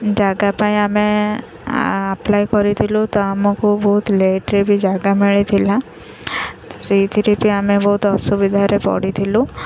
ଜାଗା ପାଇଁ ଆମେ ଆପ୍ଲାଏ କରିଥିଲୁ ତ ଆମକୁ ବହୁତ ଲେଟ୍ରେବି ଜାଗା ମିଳିଥିଲା ସେଇଥିରେ ବି ଆମେ ବହୁତ ଅସୁବିଧାରେ ପଡ଼ିଥିଲୁ